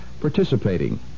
participating